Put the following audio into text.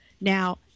Now